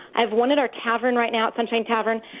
i have one at our tavern right now, at sunshine tavern.